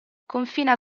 confina